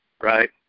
right